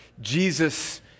Jesus